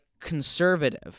conservative